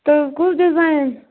تہٕ کُس ڈِزایِن